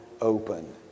open